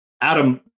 Adam